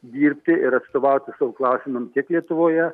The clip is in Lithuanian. dirbti ir atstovauti savo klausimam tiek lietuvoje